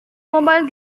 mobile